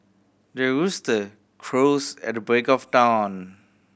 the rooster crows at the break of dawn